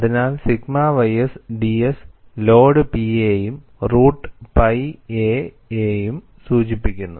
അതിനാൽ sigma ys ds load P യെയും root pi a യെയും സൂചിപ്പിക്കുന്നു